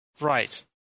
Right